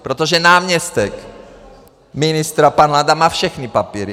Protože náměstek ministra pan Landa má všechny papíry.